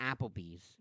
Applebee's